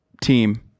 team